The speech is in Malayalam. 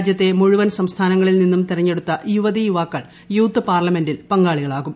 രാജ്യത്തെ മുഴുവൻ സംസ്ഥാനങ്ങളിൽ നിന്നും തിരഞ്ഞെടുത്ത യുവതീ യുവാക്കൾ യൂത്ത് പാർല മെന്റിൽ പങ്കാളികളാകും